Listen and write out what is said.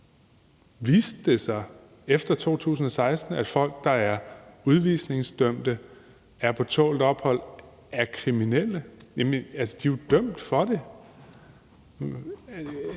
Viste det sig efter 2016, at folk, der er udvisningsdømte, der er på tålt ophold, er kriminelle? Altså, de er jo dømt for det!